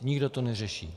Nikdo to neřeší.